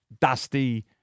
dusty